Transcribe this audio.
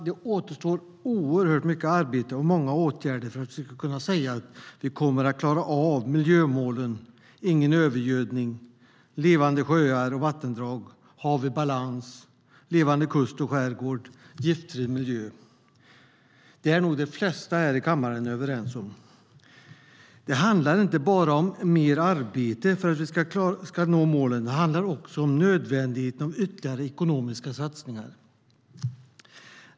Det återstår oerhört mycket arbete och många åtgärder för att vi ska kunna säga att vi kommer att klara av miljömålen Ingen övergödning, Levande sjöar och vattendrag, Hav i balans samt levande kust och skärgård och Giftfri miljö. Det är nog de flesta här i kammaren överens om. Det handlar inte bara om mer arbete för att vi ska nå målen. Det handlar också om nödvändigheten av ytterligare ekonomiska satsningar.